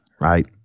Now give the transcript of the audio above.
right